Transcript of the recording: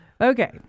Okay